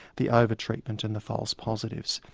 the over-treatment and the false positives.